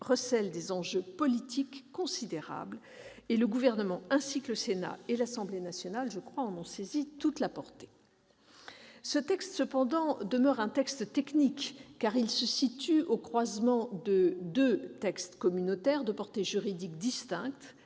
recèle des enjeux politiques considérables ». Le Gouvernement ainsi que le Sénat et l'Assemblée nationale en ont, me semble-t-il, saisi toute la portée. Cependant, ce texte demeure technique, car il se situe au croisement de deux textes communautaires de portée juridique distincte,